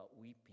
weeping